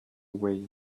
way